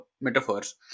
metaphors